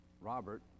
Robert